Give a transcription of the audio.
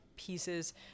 Pieces